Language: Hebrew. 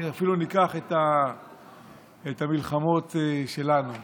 אפילו ניקח את המלחמות שלנו כאן,